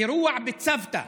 אירוע בצוותא.